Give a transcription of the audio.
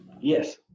Yes